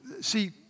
See